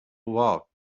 while